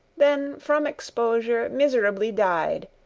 then from exposure miserably died,